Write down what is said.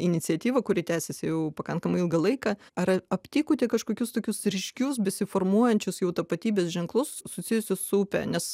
iniciatyvą kuri tęsiasi jau pakankamai ilgą laiką ar aptikote kažkokius tokius ryškius besiformuojančius jau tapatybės ženklus susijusius su upe nes